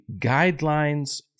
guidelines